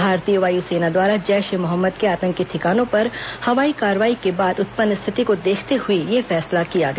भारतीय वायुसेना द्वारा जैश ए मोहम्मद के आंतकी ठिकानों पर हवाई कार्रवाई के बाद उत्पन्न स्थिति को देखते हुए यह फैसला किया गया